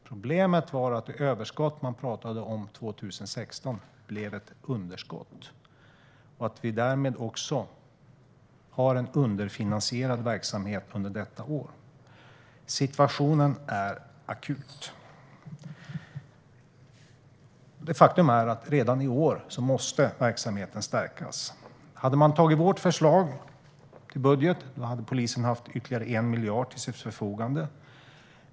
Problemet är att det överskott man talade om 2016 blev ett underskott och att vi därmed har en underfinansierad verksamhet under detta år. Situationen är akut. Faktum är att verksamheten måste stärkas redan i år. Hade man antagit vårt förslag till budget hade polisen haft ytterligare 1 miljard till sitt förfogande.